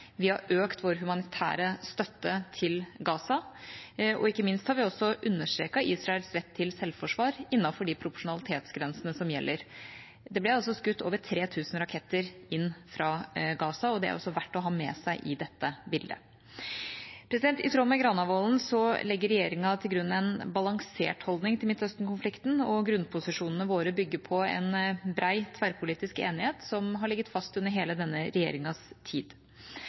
ikke minst har vi også understreket Israels rett til selvforsvar innenfor de proporsjonalitetsgrensene som gjelder. Det ble altså skutt over 3 000 raketter inn fra Gaza, og det er også verdt å ha med seg i dette bildet. I tråd med Granavolden-plattformen legger regjeringa til grunn en balansert holdning til Midtøsten-konflikten, og grunnposisjonene våre bygger på en bred, tverrpolitisk enighet som har ligget fast under hele denne regjeringas tid.